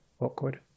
awkward